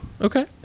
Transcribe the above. Okay